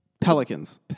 Pelicans